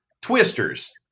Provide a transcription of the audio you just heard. Twisters